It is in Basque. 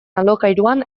alokairuan